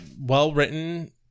well-written